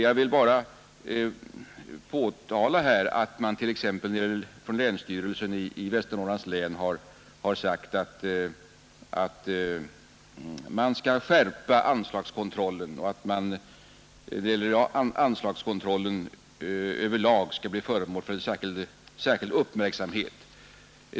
Jag vill här bara nämna att länsstyrelsen i Västernorrlands län sagt att anslagskontrollen skall skärpas och att denna över lag skall bli föremål för särskild uppmärksamhet.